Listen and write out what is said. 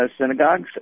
synagogues